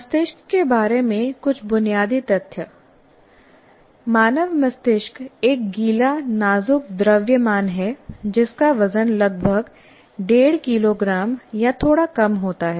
मस्तिष्क के बारे में कुछ बुनियादी तथ्य मानव मस्तिष्क एक गीला नाजुक द्रव्यमान है जिसका वजन लगभग 15 किलोग्राम या थोड़ा कम होता है